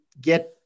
Get